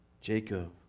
Jacob